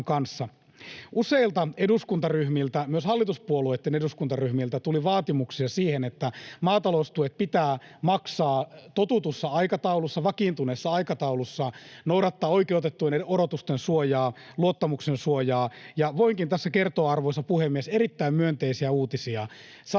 Useilta eduskuntaryhmiltä, myös hallituspuolueitten eduskuntaryhmiltä tuli vaatimuksia siihen, että maataloustuet pitää maksaa totutussa aikataulussa, vakiintuneessa aikataulussa, noudattaa oikeutettujen odotusten suojaa, luottamuksensuojaa, ja voinkin tässä kertoa, arvoisa puhemies, erittäin myönteisiä uutisia: